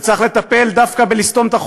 נחלק מיליארדים בתקציב,